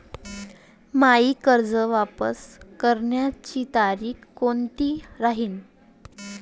मायी कर्ज वापस करण्याची तारखी कोनती राहीन?